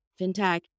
fintech